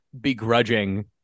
begrudging